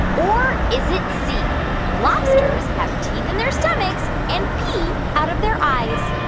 or is it c lobsters have teeth in their stomachs and pee out of their eyes?